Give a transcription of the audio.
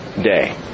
day